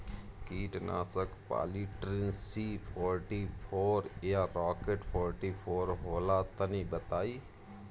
कीटनाशक polytrin C forty four या rocket forty four होला तनि बताई?